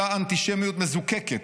אותה האנטישמיות מזוקקת,